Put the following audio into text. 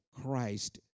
Christ